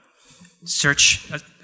search